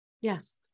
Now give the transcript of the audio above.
Yes